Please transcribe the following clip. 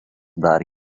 dar